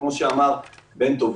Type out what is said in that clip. כפי שאמר פרופ' בנטואיץ',